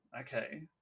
okay